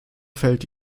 fällt